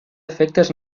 efectes